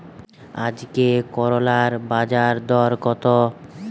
আজকে করলার বাজারদর কত?